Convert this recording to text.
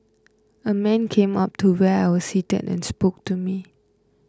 a man came up to where I was seated and spoke to me